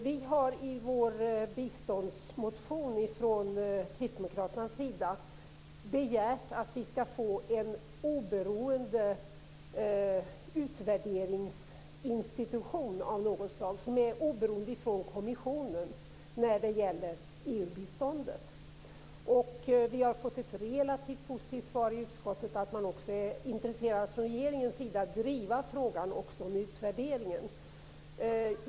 Vi har i vår biståndsmotion från Kristdemokraterna begärt en oberoende utvärderingsinstitution av något slag som är oberoende av kommissionen när det gäller EU-biståndet. Vi har fått ett relativt positivt svar i utskottet - att också regeringen är intresserad av att driva frågan om utvärderingen.